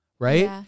Right